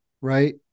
right